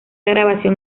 grabación